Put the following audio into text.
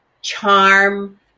charm